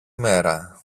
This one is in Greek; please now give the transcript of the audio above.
μέρα